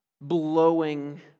blowing